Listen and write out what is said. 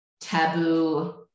taboo